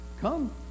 come